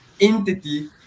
entity